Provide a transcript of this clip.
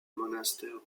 monastère